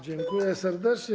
Dziękuję serdecznie.